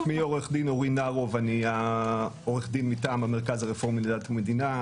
שמי עו"ד אורי נרוב אני עורך הדין מטעם המרכז הרפורמי לדת ומדינה.